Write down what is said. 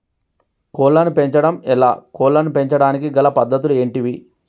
కోళ్లను పెంచడం ఎలా, కోళ్లను పెంచడానికి గల పద్ధతులు ఏంటివి?